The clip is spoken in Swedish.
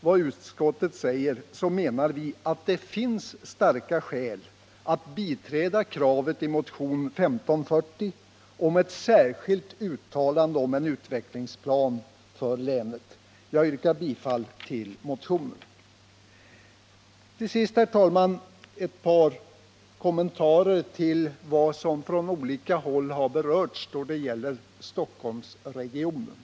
vad utskottet säger menar vi att det finns starka skäl att biträda kravet i motionen 1540 på ett särskilt uttalande om en utvecklingsplan för länet. Jag yrkar bifall till motionen. Till sist, herr talman, ett par kommentarer till vad som från olika håll har berörts då det gäller Stockholmsregionen.